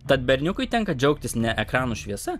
tad berniukui tenka džiaugtis ne ekranų šviesa